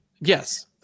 Yes